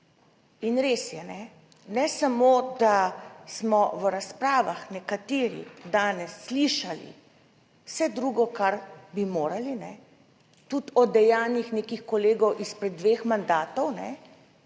In res je, ne samo, da smo v razpravah nekateri danes slišali vse drugo, kar bi morali, tudi o dejanjih nekih kolegov izpred dveh mandatov,